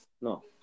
No